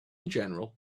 general